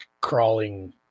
crawling